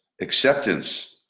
acceptance